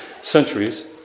centuries